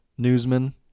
Newsman